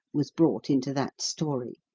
was brought into that story.